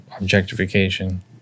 objectification